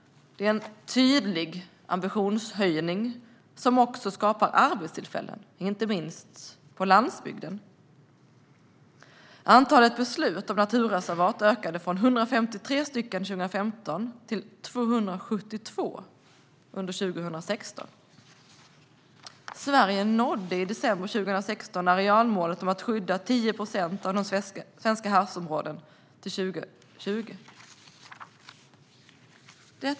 Det är en tydlig ambitionshöjning som också skapar arbetstillfällen, inte minst på landsbygden. Antalet beslut om naturreservat ökade från 153 beslut under 2015 till 272 under 2016. Sverige nådde i december 2016 arealmålet om att skydda 10 procent av svenska havsområden till 2020.